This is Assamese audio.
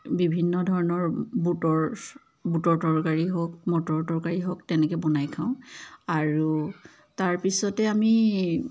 বিভিন্ন ধৰণৰ বুটৰ বুটৰ তৰকাৰী হওক মটৰৰ তৰকাৰী হওক তেনেকৈ বনাই খাওঁ আৰু তাৰপিছতে আমি